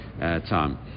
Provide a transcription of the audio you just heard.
time